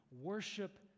worship